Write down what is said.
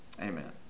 Amen